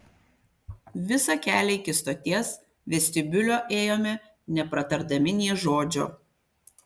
visą kelią iki stoties vestibiulio ėjome nepratardami nė žodžio